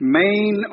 main